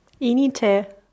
Inite